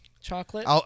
chocolate